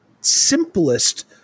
simplest